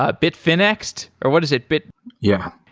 ah bitfinex, or what is it? bit yeah.